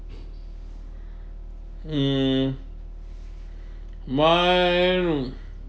mm my room